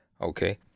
Okay